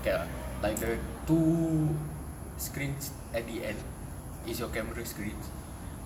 okay lah like the two screens at the end is your camera screen